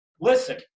listen